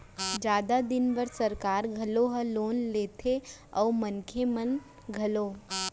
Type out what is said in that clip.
जादा दिन बर सरकार घलौ ह लोन लेथे अउ मनखे मन घलौ